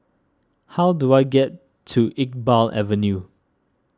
how do I get to Iqbal Avenue